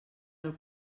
del